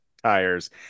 tires